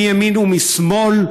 מימין ומשמאל,